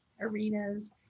arenas